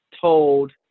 told